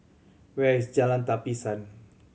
where is Jalan Tapisan